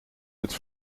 het